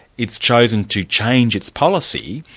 it's chosen to change its policy.